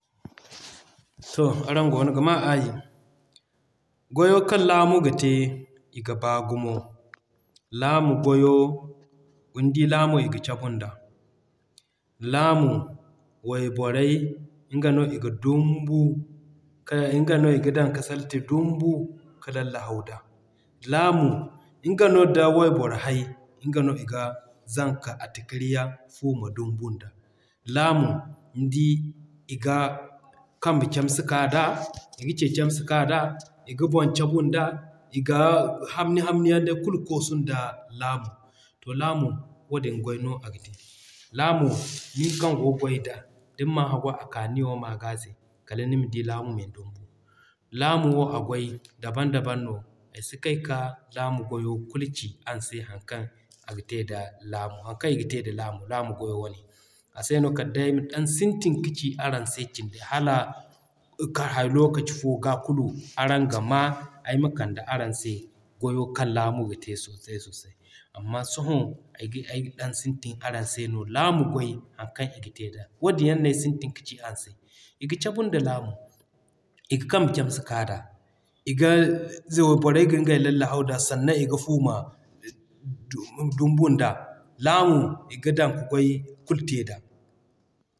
To araŋ goono ga maa aayi. Goyo kaŋ laamu ga te, i ga baa gumo. Laamu goyo nidi laamu i ga cabu nda, Laamu wayborey nga no iga dumbu kay nga no iga dan ka salti dumbu ka lalle haw da. Laamu nga no da wayboro hay, nga no iga zanka atakiriya fuuma dumbu nda. Laamu nidi iga kambe camse k'a d'a, iga Ce camse k'a d'a, iga boŋ cabu nda, iga hamni hamni yaŋ day kulu koosu nda Laamu. To Laamu, wadin goy no a ga te. Laamu nin kaŋ goo goy da, din mana haggoy a kaaniyo m'a g'a se kala nima di Laamu min dumbu. Laamu wo a goy daban daban no. Ay si kay k'a Laamu goyo kulu ci araŋ se haŋ kaŋ a ga te da laamu, haŋ kaŋ iga te da laamu, laamu goyo ne. Ase no kal day sintin kaci araŋ se cindey hala lokaci fo ga kulu araŋ ga maa ay ma kande araŋ se goyo kaŋ laamu ga te sosai sosai. Amma sohõ ay ga ay dan sintin araŋ se no laamu goy haŋ kaŋ i ga te da. Wadin yaŋ no ay sintin kaci araŋ se. I ga cabu nda Laamu i ga kambe camse k'a d'a, iga wayborey gin gay lalle haw d'a sannan i ga fuuma dumbu nda. Laamu i ga dan ka goy kulu te da.